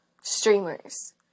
streamers